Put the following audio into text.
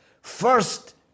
First